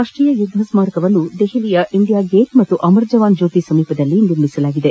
ರಾಷ್ಟೀಯ ಯುದ್ದ ಸ್ನಾರಕವನ್ನು ದೆಹಲಿಯಲ್ಲಿನ ಇಂಡಿಯಾ ಗೇಟ್ ಮತ್ತು ಅಮರ್ ಜವಾನ್ ಜ್ಜೋತಿ ಸಮೀಪದಲ್ಲೇ ನಿರ್ಮಿಸಲಾಗಿದೆ